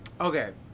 Okay